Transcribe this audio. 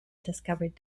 discovered